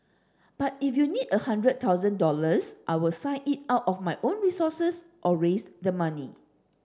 but if you need a hundred thousand dollars I'll sign it out of my own resources or raise the money